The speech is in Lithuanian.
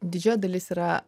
didžioji dalis yra